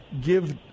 give